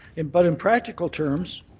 in but in practical terms.